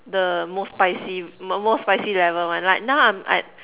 the most spicy most spicy level one like now I'm at